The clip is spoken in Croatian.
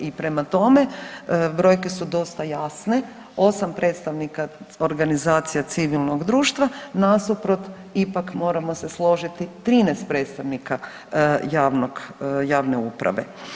I prema tome, brojke su dosta jasne, 8 predstavnika organizacija civilnog društva nasuprot ipak moramo se složiti 13 predstavnika javnog, javne uprave.